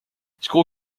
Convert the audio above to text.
school